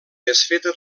desfeta